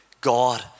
God